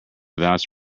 vouch